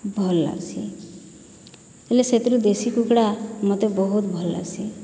ଭଲ ଲାଗ୍ସି ହେଲେ ସେଥିରେ ଦେଶୀ କୁକୁଡ଼ା ମୋତେ ବହୁତ ଭଲ ଲାଗ୍ସି